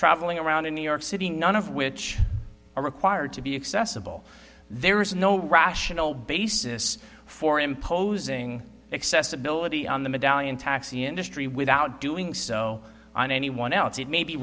traveling around in new york city none of which are required to be accessible there is no rational basis for imposing accessibility on the medallion taxi industry without doing so on anyone else it may be